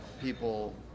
people